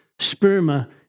sperma